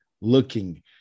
looking